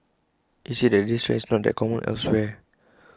he said that this trend is not that common elsewhere